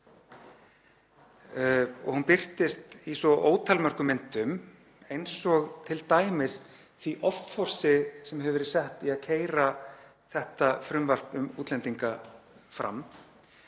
ár. Hún birtist í svo ótal mörgum myndum, eins og t.d. því offorsi sem hefur verið sett í að keyra þetta frumvarp um útlendinga fram,